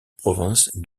province